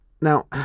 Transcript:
Now